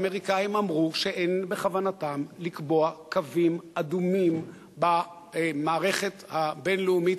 והאמריקנים אמרו שאין בכוונתם לקבוע קווים אדומים במערכה הבין-לאומית